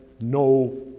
no